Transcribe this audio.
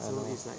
I know